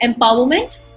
Empowerment